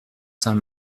saint